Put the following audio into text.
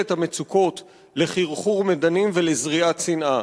את המצוקות לחרחור מדנים ולזריעת שנאה.